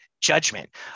judgment